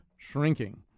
shrinking